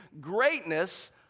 greatness